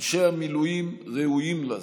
אנשי המילואים ראויים לזה,